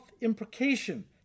imprecation